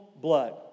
blood